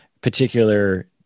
particular